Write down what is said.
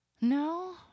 No